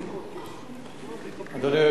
אדוני.